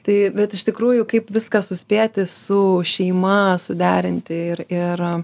tai bet iš tikrųjų kaip viską suspėti su šeima suderinti ir ir